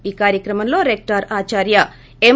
ఈ కార్యక్రమంలో రెక్టర్ ఆచార్య ఎం